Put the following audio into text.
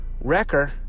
Wrecker